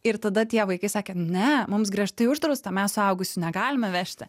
ir tada tie vaikai sakė ne mums griežtai uždrausta mes suaugusių negalime vežti